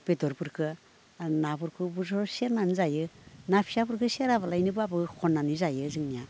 बेदरफोरखो नाफोरखौबो सेरना जायो ना फिसाफोरखो सेराबालानोबो होसननानै जायो जोंनिया